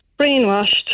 brainwashed